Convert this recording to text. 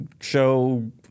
show